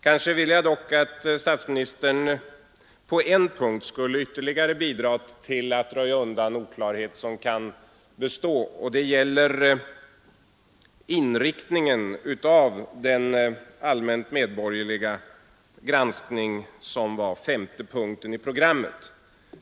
Kanske vill jag dock att statsministern på en punkt skulle ytterligare bidra till att röja undan en oklarhet som kan bestå, och det gäller inriktningen av den allmänt medborgerliga granskning som utgjorde femte punkten i programmet.